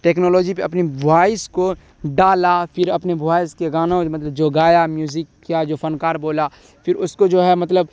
technology پہ اپنی voice کو ڈالا پھر اپنے وائس کے گانوں مطلب جو گایا میوزک کیا جو فنکار بولا پھر اس کو جو ہے مطلب